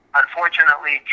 unfortunately